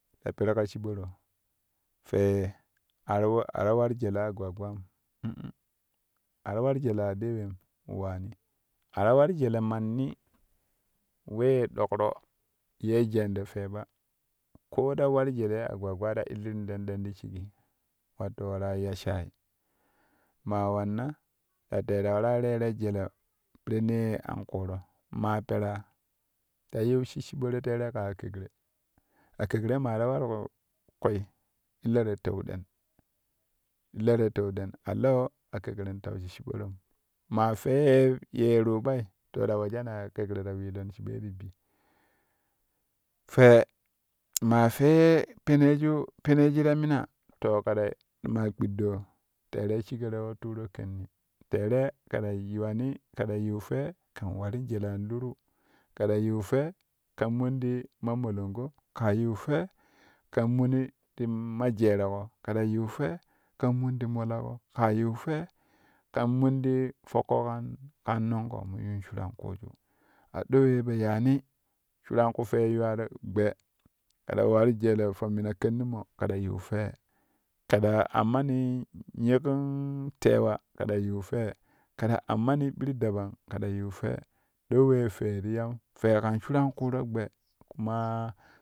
Ta peru ka shiɓaro fwe ye a ta war jele agwagwan uu a ta war jele aɗewem waani a ta war jele manni wee ye ɗokro yee jeento fwe ba koo ta war jele agwagwa ta illirin den den ti shigi wato waraa yashaai maa wanna ya te ta waraa rero jele pirennee an ƙuuro maa peraa ta yiu shi shiɓoro tere ka akekkre, akekkre maa ta warko kwi illorai teu ɗea, illorei teu ɗen a lewo akekkren tau shi shiɓoron maa fwe dee ruuɓai to ta wejani akekkren wilou shiɓo fwei ti bi fwe maa fwee peneju peneju ta mina to kɛ ta maa kpiɗɗoo tere shigoro we tuuro kenni tere ke ta yiwani kɛ ta yiu fwe kɛn warin jele an luru kɛ ta yiu fwe kɛn mon ti mamolongo kaa yiu fwe ken mini ti ma jeereƙo kɛ ta yiu fwe kɛn mun ti molaƙo kaa yiu fwe kɛn min ti foƙƙo kan nongo in yuun shuran kuuju a ɗo we po yaani shuran ku fwe yuwaro gbe kɛ ta war jele po mina kennimo kɛ ta yiu fwe kɛ ta ammani nyikin kwa kɛ ta yiu fwe kɛ ta ammani ɓir dabang kɛ ta yiu fwe doo we fwe ti uam fwe kan shuran kuuro gbe kuma.